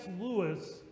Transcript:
Lewis